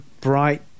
bright